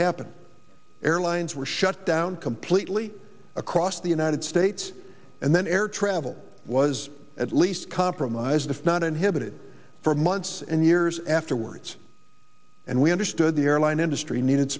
happened airlines were shut down completely across the united states and then air travel was at least compromised if not inhibited for months and years afterwards and we understood the airline industry needed